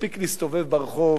מספיק להסתובב ברחוב,